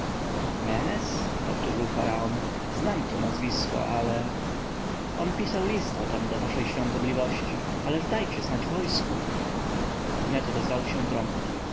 menes powtórzył faraon znam to nazwisko ale on pisał list o tem do waszej świątobliwości ależ dajcie znać wojsku wnet odezwały się trąbki